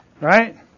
right